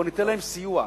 בוא ניתן להם סיוע.